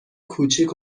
کوچیک